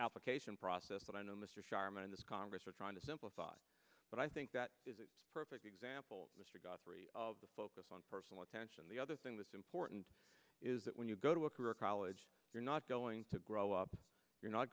application process but i know mr sharman in this congress are trying to simplify but i think that is a perfect example mr godfrey of the focus on personal attention the other thing that's important is that when you go to a career college you're not going to grow up you're not